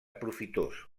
profitós